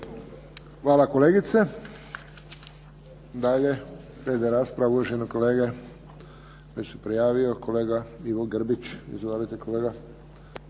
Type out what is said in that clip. Hvala kolegice. Dalje slijedi rasprava uvaženog kolege koji se prijavio, kolega Ivo Grbić. Izvolite kolega.